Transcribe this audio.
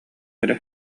эрэ